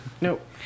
Nope